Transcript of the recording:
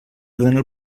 ordena